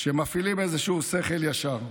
שמפעילים איזשהו שכל ישר,